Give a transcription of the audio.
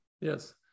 Yes